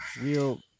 real